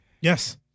Yes